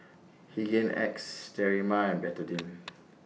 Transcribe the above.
Hygin X Sterimar and Betadine